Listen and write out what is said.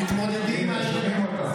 תתמודדו עם האמת.